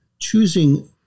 choosing